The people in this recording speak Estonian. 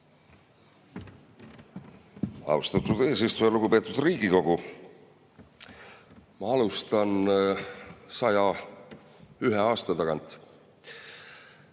Austatud eesistuja! Lugupeetud Riigikogu! Ma alustan 101 aasta tagant.